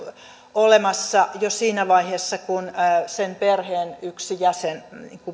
olemassa jo siinä vaiheessa kun sen perheen yksi jäsen